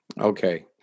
Okay